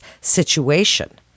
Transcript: situation